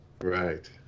Right